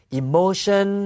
emotion